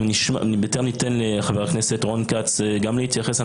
בטרם ניתן לחבר הכנסת רון כץ גם להתייחס,